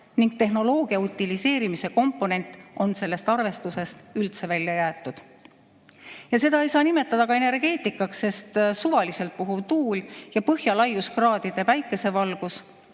Ning [tehnika] utiliseerimise komponent on sellest arvestusest üldse välja jäetud. Seda ei saa nimetada ka energeetikaks, sest suvaliselt puhuv tuul ja põhjalaiuskraadide päikesevalgus